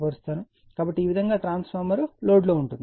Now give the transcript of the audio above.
కాబట్టి ఈ విధంగా ట్రాన్స్ఫార్మర్ లోడ్లో ఉంటుంది